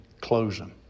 closing